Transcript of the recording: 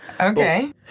Okay